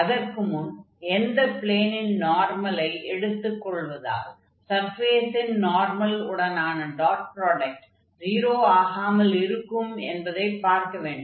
அதற்கு முன் எந்த ப்ளேனின் நார்மலை எடுத்துக் கொள்வதால் சர்ஃபேஸின் நார்மல் உடனான டாட் ப்ராடக்ட் 0 ஆகாமல் இருக்கும் என்பதைப் பார்க்க வேண்டும்